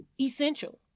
essential